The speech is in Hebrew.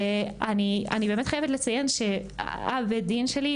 אני באמת חייבת לציין שאב בית הדין שלי,